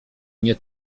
nie